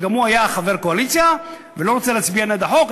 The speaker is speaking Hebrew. גם הוא היה חבר קואליציה שלא רצה להצביע נגד החוק,